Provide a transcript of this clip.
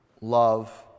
love